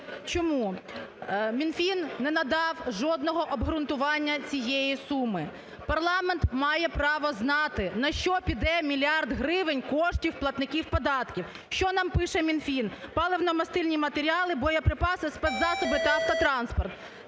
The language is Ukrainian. Чому? Мінфін не надав жодного обґрунтування цієї суми. Парламент має право знати на що піде мільярд гривень коштів платників податків. Що нам пише Мінфін? Паливно-мастильні матеріли, боєприпаси, спецзасоби та автотранспорт.